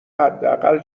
حداقل